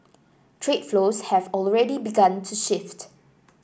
trade flows have already begun to shift